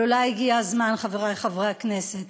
אבל אולי הגיע הזמן, חברי חברי הכנסת,